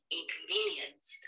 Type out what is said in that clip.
inconvenience